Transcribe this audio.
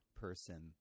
person